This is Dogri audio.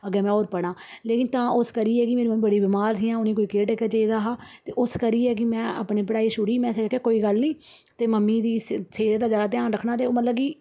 अग्गें में होर पढ़ांऽ लेकिन तां उस करियै कि मेरी मम्मी बड़ी बीमार थी आं ते उ'नें गी कोई केयर टेकर चाहि्दा हा ते उस करियै कि में अपनी पढ़ाई छुड़ी में आखेआ कोई गल्ल निं ते मम्मी दी सेह्त दा जादा ध्यान रखना ते मतलब कि